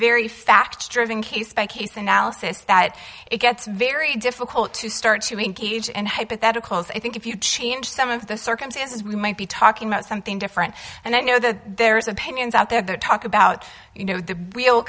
very fact driven case by case analysis that it gets very difficult to start to engage in hypotheticals i think if you change some of the circumstances we might be talking about something different and i know there's opinions out there that talk about you know the